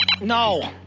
No